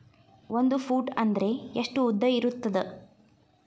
ಒಂದು ಫೂಟ್ ಅಂದ್ರೆ ಎಷ್ಟು ಉದ್ದ ಇರುತ್ತದ?